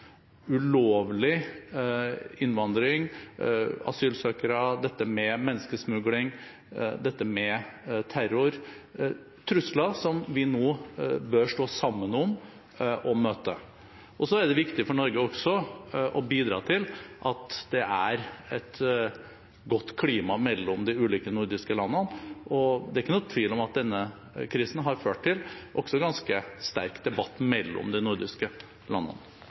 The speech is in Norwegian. ulovlig innvandring og asylsøkere, og om menneskesmugling og terror – trusler som vi nå bør stå sammen om å møte. Det er også viktig for Norge å bidra til at det er et godt klima mellom de ulike nordiske landene. Det er ikke noen tvil om at denne krisen har ført til en ganske sterk debatt mellom de nordiske landene.